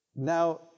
Now